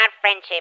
friendship